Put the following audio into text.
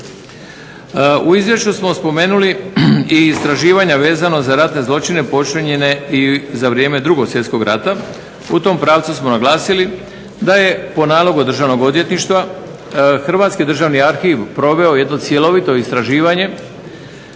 U izvješću smo spomenuli i istraživanja vezano za ratne zločine počinjene za vrijeme 2. Svjetskog rata. U tom pravcu smo naglasili da je po nalogu Državnog odvjetništva Hrvatski državni arhiv proveo jednu cjelovito istraživanje